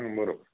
बरोबर